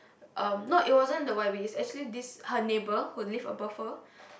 um not it wasn't the wild beast actually it was this her neighbour who live above her